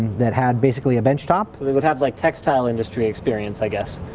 that had basically a bench top. so they would have like textile industry experience, i guess.